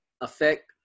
affect